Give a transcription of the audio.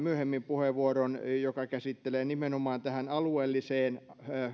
myöhemmin käyttämään puheenvuoron joka käsittelee nimenomaan tähän alueelliseen